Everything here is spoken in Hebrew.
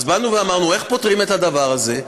אז אמרנו: איך פותרים את הדבר הזה?